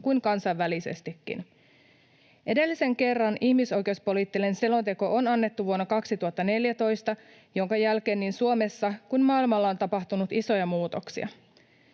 kuin kansainvälisestikin. Edellisen kerran ihmisoikeuspoliittinen selonteko on annettu vuonna 2014, jonka jälkeen niin Suomessa kuin maailmalla on tapahtunut isoja muutoksia.